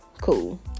Cool